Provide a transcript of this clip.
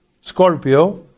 Scorpio